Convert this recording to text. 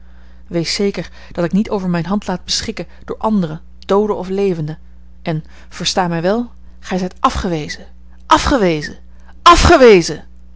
wees zeker dat ik niet over mijne hand laat beschikken door anderen dooden of levenden en versta mij wel gij zijt afgewezen afgewezen afgewezen